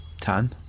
Tan